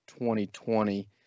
2020